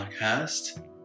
podcast